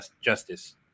justice